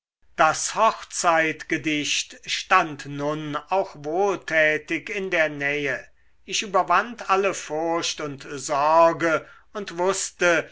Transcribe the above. das hochzeitgedicht stand nun auch wohltätig in der nähe ich überwand alle furcht und sorge und wußte